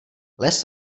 les